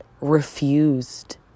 refused